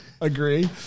agree